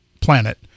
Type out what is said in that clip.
planet